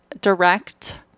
direct